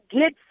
get